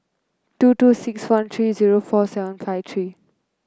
two two six one three zero four seven five three